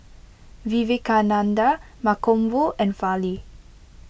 Vivekananda Mankombu and Fali